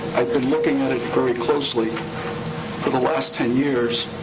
i've been looking at it very closely for the last ten years,